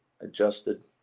adjusted